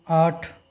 आठ